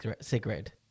cigarette